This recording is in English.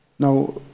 Now